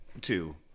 Two